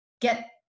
get